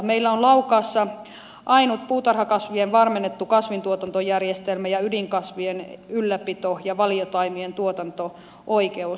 meillä on laukaassa ainut puutarhakasvien varmennettu kasvintuotantojärjestelmä ja ydinkasvien ylläpito ja valiotaimien tuotanto oikeus